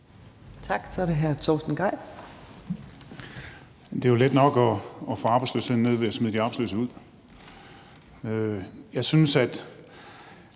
Gejl. Kl. 17:45 Torsten Gejl (ALT): Det er jo let nok at få arbejdsløsheden ned ved at smide de arbejdsløse ud. Jeg synes, at